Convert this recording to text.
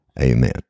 Amen